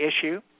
issue